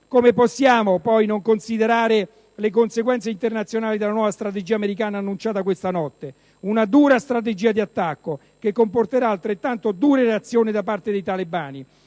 come possiamo poi non considerare le conseguenze internazionali della nuova strategia americana annunciata questa notte? È una dura strategia d'attacco, che comporterà altrettanto dure reazioni da parte dei talebani;